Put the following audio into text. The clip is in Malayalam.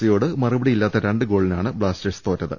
സിയോട് മറുപടിയില്ലാത്ത രണ്ട് ഗോളിനാണ് ബ്ലാസ്റ്റേഴ്സ് തോറ്റത്